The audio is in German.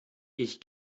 ich